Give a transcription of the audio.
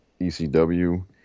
ECW